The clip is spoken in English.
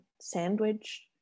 sandwich